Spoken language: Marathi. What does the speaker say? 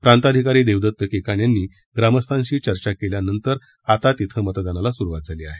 प्रांताधिकारी देवदत्त केकान यांनी ग्रामस्थांशी चर्चा केल्यानंतर आता तिथं मतदानाला सुरूवात झाली आहे